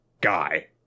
guy